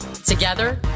Together